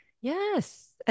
Yes